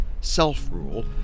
self-rule